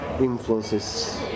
influences